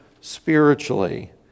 spiritually